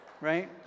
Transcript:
Right